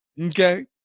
Okay